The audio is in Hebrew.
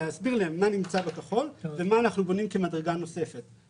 להסביר להם מה נמצא בכחול ומה אנחנו בונים כמדרגה נוספת.